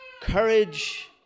courage